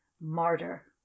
martyr